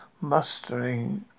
mustering